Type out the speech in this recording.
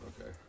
Okay